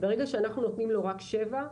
ברגע שאנחנו נותנים לו רק שבע,